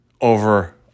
over